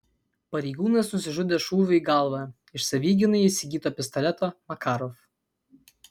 pareigūnas nusižudė šūviu į galvą iš savigynai įsigyto pistoleto makarov